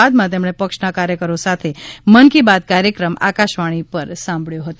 બાદમાં તેમણે પક્ષના કાર્યકરો સાથે મન કી બાત કાર્યક્રમ આકાશવાણી પર સાંભળ્યો હતો